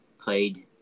played